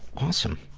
awesome.